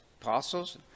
apostles